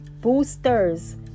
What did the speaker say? boosters